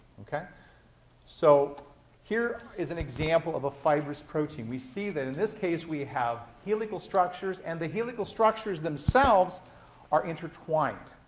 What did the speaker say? so here is an example of a fibrous protein. we see that, in this case, we have helical structures and the helical structures themselves are intertwined.